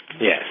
Yes